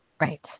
Right